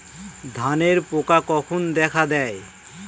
ধানের পোকা কখন দেখা দেয়?